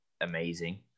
amazing